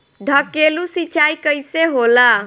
ढकेलु सिंचाई कैसे होला?